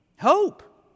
Hope